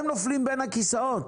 הם נופלים בין הכיסאות.